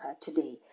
today